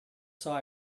saw